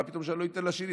מה פתאום שאני לא אתן לשני?